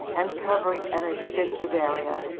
and covering an extensive area.